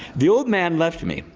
the old man left me.